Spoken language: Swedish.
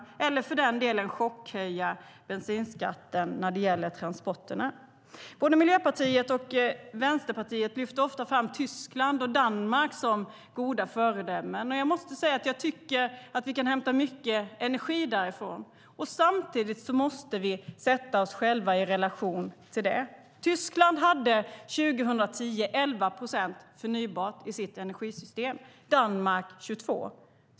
Det fungerar för den delen inte heller att kraftigt fördyra transporterna genom att chockhöja bensinskatten. Både Miljöpartiet och Vänsterpartiet lyfter ofta fram Tyskland och Danmark som goda föredömen. Jag måste säga att jag tycker att vi kan hämta mycket energi därifrån. Samtidigt måste vi sätta oss själva i relation till dem. Tyskland hade 2010 i sitt energisystem 11 procent förnybart, Danmark 22 procent.